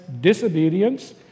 disobedience